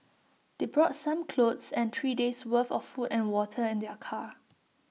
they brought some clothes and three days' worth of food and water in their car